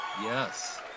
Yes